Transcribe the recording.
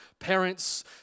parents